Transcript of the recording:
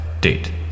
Date